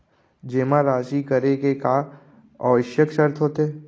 जेमा राशि करे के का आवश्यक शर्त होथे?